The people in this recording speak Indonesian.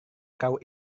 kau